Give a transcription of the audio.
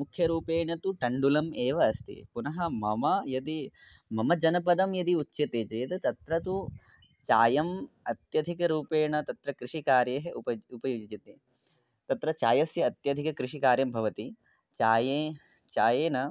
मुख्यरूपेण तु तण्डुलम् एव अस्ति पुनः मम यदि मम जनपदे यदि उच्यते चेत् तत्र तु चायम् अत्यधिकरूपेण तत्र कृषिकार्ये उप उपयुज्यते तत्र चायस्य अत्यधिककृषिकार्यं भवति चाये चायेन